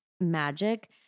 magic